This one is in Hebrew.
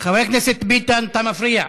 חבר הכנסת ביטן, אתה מפריע.